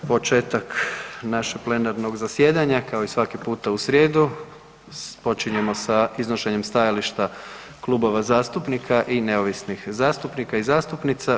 Početak našeg plenarnog zasjedanja kao i svaki puta u srijedu, počinjemo sa iznošenjem stajališta klubova zastupnika i neovisnih zastupnika i zastupnica.